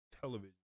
television